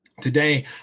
Today